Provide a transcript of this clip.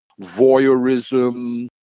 voyeurism